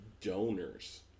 donors